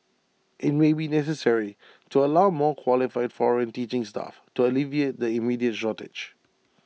IT may be necessary to allow more qualified foreign teaching staff to alleviate the immediate shortage